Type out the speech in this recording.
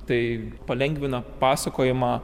tai palengvina pasakojimą